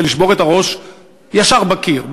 זה לשבור את הראש ישר בקיר,